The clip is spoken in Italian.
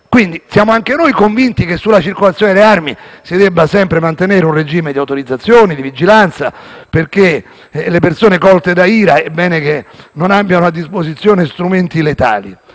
Siamo anche noi convinti che sulla circolazione le armi si debba sempre mantenere un regime di autorizzazioni e di vigilanza, perché è bene che le persone colte da ira non abbiano a disposizione strumenti letali.